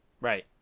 Right